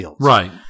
Right